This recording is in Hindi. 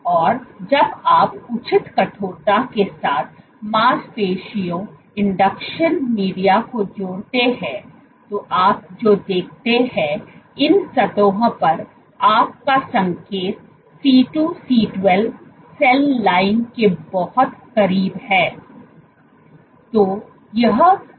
और जब आप उचित कठोरता के साथ मांसपेशियों इंडक्शन मीडिया को जोड़ते हैं तो आप जो देखते हैं इन सतहों पर आपका संकेत C2C12 सेल लाइन के बहुत करीब है